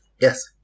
Yes